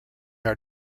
are